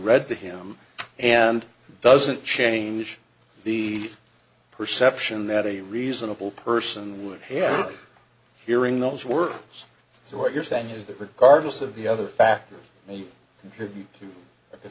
read to him and doesn't change the perception that a reasonable person would have hearing those words so what you're saying is that regardless of the other factors